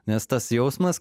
nes tas jausmas